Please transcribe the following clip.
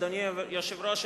אדוני היושב-ראש.